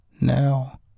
now